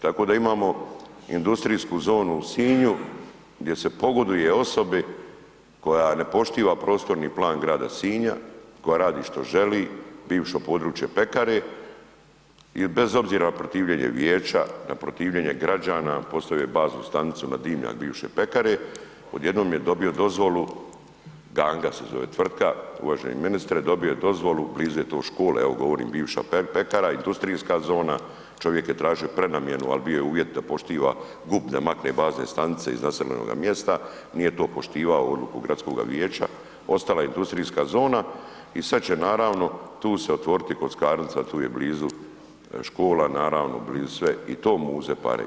Tako da imamo industrijsku zonu u Sinju gdje se pogoduje osobi koja ne poštiva prostorni plan grada Sinja, koja radi što želi, bivša područja pekare i bez obzira na protivljenje vijeća, na protivljenje građana, postavljaju baznu stanicu na dimnjak bivše pekare, odjednom je dobio dozvolu, Ganga se zove tvrtka, uvaženi ministre, dobio je dozvolu, blizu je to škole, evo govorim, bivša pekara, industrijska zona, čovjek je tražio prenamjenu ali bio je uvjet da poštiva GUP, da makne bazne stanice iz naseljenoga mjesta, nije to poštivao odluku gradskoga vijeća, ostala je industrijska zona i sad će naravno tu se otvoriti kockarnica, tu je blizu škola, naravno blizu sve, i to muze pare.